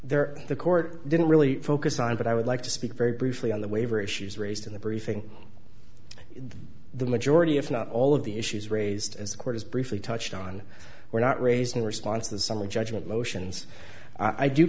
there the court didn't really focus on it but i would like to speak very briefly on the waiver issues raised in the briefing the majority if not all of the issues raised as a court as briefly touched on were not raised in response the summary judgment motions i